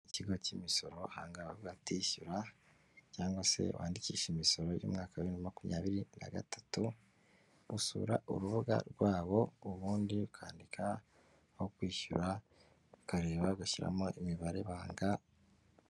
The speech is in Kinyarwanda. Ikigo cy'imisoro ahangaha baravuga bati ishyura cyangwa se wandikishe imisoro y'umwaka wa bibiri na makumyabiri na gatatu, usura urubuga rwabo ubundi ukandika aho kwishyura ukareba ugashyiramo imibare banga.